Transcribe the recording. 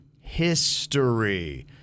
history